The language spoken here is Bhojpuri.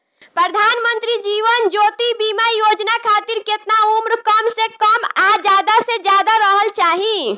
प्रधानमंत्री जीवन ज्योती बीमा योजना खातिर केतना उम्र कम से कम आ ज्यादा से ज्यादा रहल चाहि?